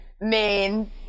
main